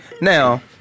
Now